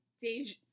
deja